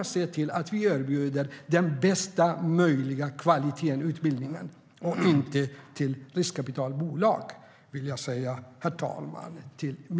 Vi ska erbjuda bästa möjliga kvalitet i utbildningen, inte pengar till riskkapitalbolag.